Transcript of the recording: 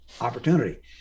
opportunity